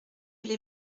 les